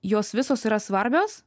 jos visos yra svarbios